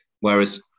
Whereas